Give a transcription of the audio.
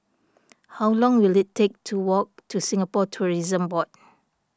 how long will it take to walk to Singapore Tourism Board